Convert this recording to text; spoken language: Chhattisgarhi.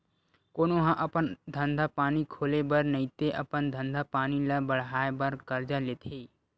कोनो ह अपन धंधा पानी खोले बर नइते अपन धंधा पानी ल बड़हाय बर करजा लेथे